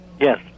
Yes